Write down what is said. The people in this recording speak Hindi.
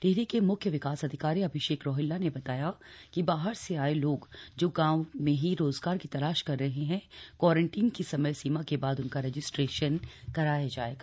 टिहरी के म्ख्य विकास अधिकारी अभिषेक रोहिल्ला ने बताया कि बाहर से आये लोग जो गांव में ही रोजगार की तलाश कर रहे हैं क्वारंटीन की समय सीमा के बाद उनका रजिस्ट्रेशन कराया जाएगा